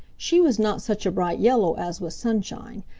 she was not such a bright yellow as was sunshine,